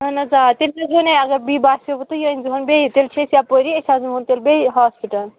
اَہَن حظ آ تیٚلہِ سوٗزوُن یہِ اَگر بیٚیہِ باسیووٕ تہٕ یہِ أنۍ زِووٚن بیٚیہِ تیٚلہِ چھِ أسۍ یَپٲری أسۍ حظ نِموَن تیٚلہِ بیٚیہِ ہاسپَٹَل